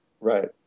Right